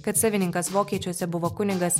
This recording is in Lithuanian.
kad savininkas vokiečiuose buvo kunigas